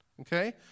okay